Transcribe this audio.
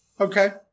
Okay